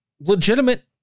legitimate